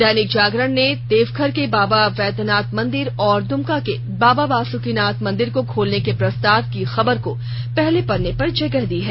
दैनिक जागरण ने देवघर के बाबा बैद्यनाथ मंदिर और दुमका के बाबा वासुकिनाथ मंदिर को खोलने के प्रस्ताव की खबर को पहले पन्ने पर जगह दी है